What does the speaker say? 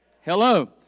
Hello